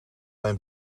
mijn